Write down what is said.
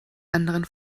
anderen